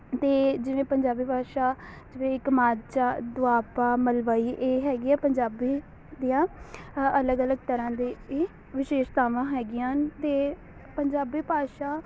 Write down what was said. ਅਤੇ ਜਿਵੇਂ ਪੰਜਾਬੀ ਭਾਸ਼ਾ ਜਿਵੇਂ ਇੱਕ ਮਾਝਾ ਦੁਆਬਾ ਮਲਵਈ ਇਹ ਹੈਗੇ ਆ ਪੰਜਾਬੀ ਦੀਆਂ ਹ ਅਲੱਗ ਅਲੱਗ ਤਰ੍ਹਾਂ ਦੇ ਹੀ ਵਿਸ਼ੇਸ਼ਤਾਵਾਂ ਹੈਗੀਆਂ ਹਨ ਅਤੇ ਪੰਜਾਬੀ ਭਾਸ਼ਾ